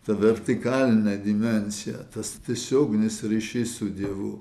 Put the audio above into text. ta vertikalinė dimensija tas tiesioginis ryšys su dievu